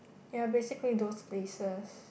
ya basically those places